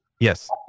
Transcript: Yes